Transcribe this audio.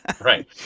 Right